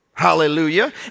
Hallelujah